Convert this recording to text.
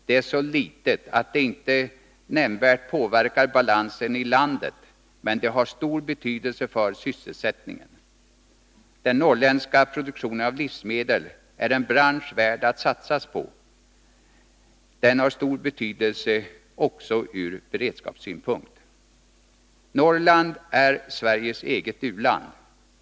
Det är så litet, att det inte nämnvärt påverkar balansen i landet, men det har stor betydelse för sysselsättningen. Den norrländska produktionen av livsmedel är en bransch värd att satsa på. Den har stor betydelse också ur beredskapssynpunkt. Norrland är Sveriges eget u-land.